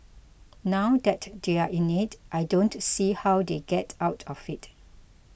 now that they're in it I don't see how they get out of it